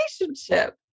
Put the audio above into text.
relationship